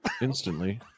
Instantly